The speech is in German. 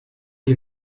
wie